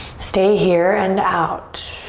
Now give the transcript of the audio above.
stay here, and out.